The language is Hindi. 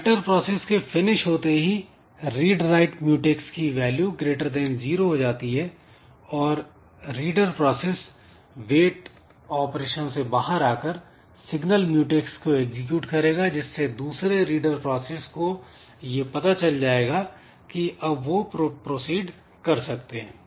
राइटर प्रोसेस के फिनिश होते ही "रीड राइट म्यूटैक्स" की वैल्यू ग्रेटर देन जीरो हो जाती है और रीडर प्रोसेस वेट ऑपरेशन से बाहर आकर सिग्नल म्यूटैक्स को एग्जीक्यूट करेगा जिससे दूसरे रीडर प्रोसेस को यह पता चल जाएगा कि वह अब प्रोसीड कर सकते हैं